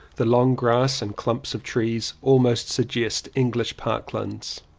the long grass and clumps of trees almost suggest english parklands.